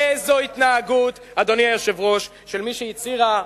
איזו התנהגות, אדוני היושב-ראש, של מי שהצהירה פה,